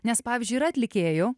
nes pavyzdžiui yra atlikėjų